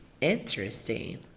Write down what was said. Interesting